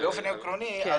באופן עקרוני,